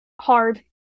Hard